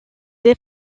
des